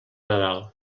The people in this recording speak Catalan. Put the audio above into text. nadal